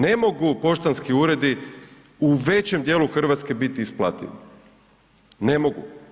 Ne mogu poštanski uredi u većem dijelu Hrvatske biti isplativi, ne mogu.